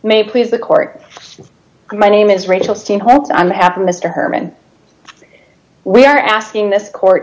may please the court my name is rachel see what i'm after mr herman we are asking this court